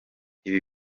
ibi